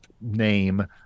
name